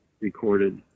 recorded